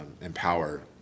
empower